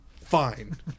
Fine